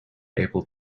able